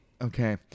Okay